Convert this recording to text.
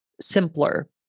simpler